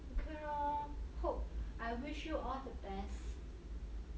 okay lor hope I wish you all the best